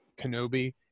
Kenobi